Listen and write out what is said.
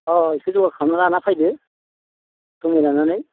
अह इखो जगार खालामना लाना फैदो समाय लानानै